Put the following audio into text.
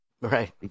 Right